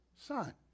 Son